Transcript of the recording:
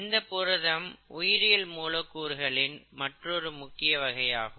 இந்தப் புரதம் உயிரியல் மூலக்கூறுகளின் மற்றொரு முக்கிய வகையாகும்